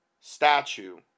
statue